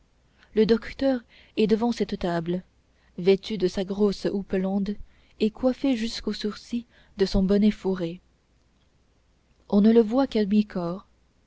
le docteur est devant cette table vêtu de sa grosse houppelande et coiffé jusqu'aux sourcils de son bonnet fourré on ne le voit qu'à